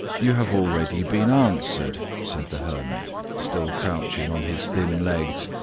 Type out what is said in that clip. you have already been answered! said the hermit, still crouching on his thin legs,